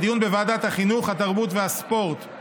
לדיון בוועדת החינוך, התרבות והספורט.